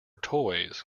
toys